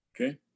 Okay